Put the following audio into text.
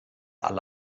alle